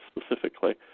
specifically